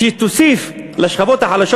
שתוסיף לשכבות החלשות,